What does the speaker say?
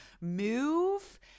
move